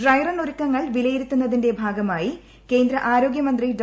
dry run ഒരുക്കങ്ങൾ വിലയിരുത്തുന്നതിന്റെ ഭാഗമായി കേന്ദ്ര ആരോഗൃമന്ത്രി ഡോ